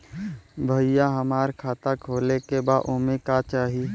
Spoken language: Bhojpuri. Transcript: भईया हमार खाता खोले के बा ओमे का चाही?